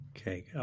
okay